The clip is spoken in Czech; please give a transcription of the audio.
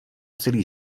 celý